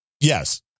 Yes